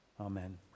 Amen